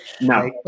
No